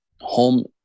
Home